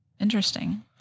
Interesting